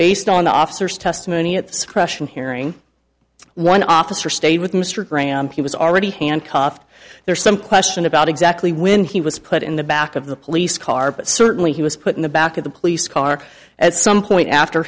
based on the officers testimony at the suppression hearing one officer stayed with mr graham he was already handcuffed there's some question about exactly when he was put in the back of the police car but certainly he was put in the back of the police car at some point after